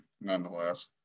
nonetheless